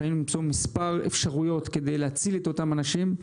חייבים למצוא מספר אפשרויות כדי להציל את אותם אנשים.